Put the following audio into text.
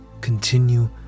Continue